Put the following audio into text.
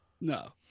No